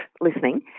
listening